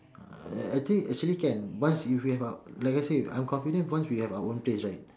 uh I think actually can once if we have our like I said I am confident once we have our own place right